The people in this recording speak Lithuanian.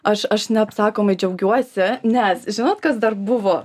aš aš neapsakomai džiaugiuosi nes žinot kas dar buvo